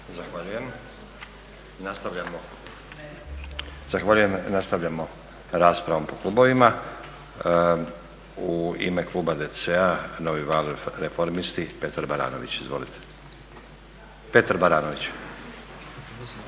Zahvaljujem. Nastavljamo s raspravom po klubovima. U ime kluba DC-a, Novi val, Reformisti Petar Baranović. Izvolite. **Baranović,